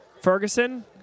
Ferguson